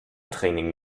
training